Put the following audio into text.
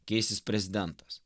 keisis prezidentas